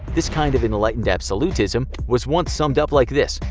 this kind of enlightened absolutism was once summed up like this,